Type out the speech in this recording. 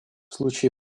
случае